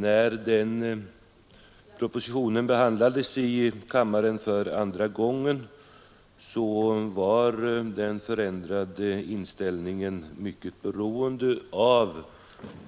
När den propositionen behandlades i riksdagen för andra gången berodde riksdagens ändrade inställning i hög grad på